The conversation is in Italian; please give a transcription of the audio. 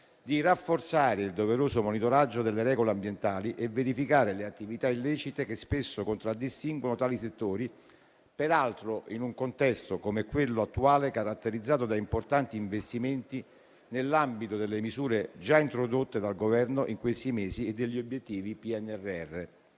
di rafforzare il doveroso monitoraggio delle regole ambientali e di verificare le attività illecite che spesso contraddistinguono tali settori, peraltro in un contesto come quello attuale, caratterizzato da importanti investimenti nell'ambito delle misure già introdotte dal Governo in questi mesi e degli obiettivi del PNRR.